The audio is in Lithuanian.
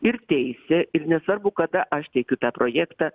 ir teisė ir nesvarbu kada aš teikiu tą projektą